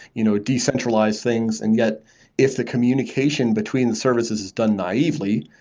you know decentralized things, and yet if the communication between services is done naively,